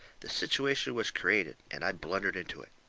the situation was created, and i blundered into it.